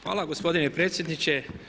Hvala gospodine predsjedniče.